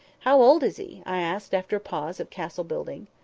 how old is he? i asked, after a pause of castle-building.